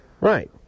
right